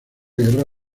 guerra